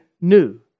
new